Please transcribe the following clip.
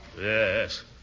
Yes